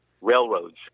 railroads